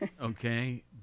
Okay